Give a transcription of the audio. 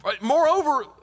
moreover